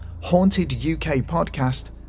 hauntedukpodcast